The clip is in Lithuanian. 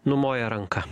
numoja ranka